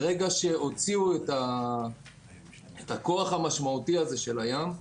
ברגע שהוציאו את הכוח המשמעותי הזה של הים,